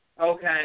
Okay